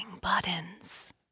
buttons